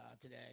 today